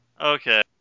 Okay